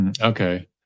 Okay